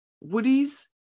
Woody's